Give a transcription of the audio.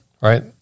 right